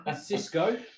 Cisco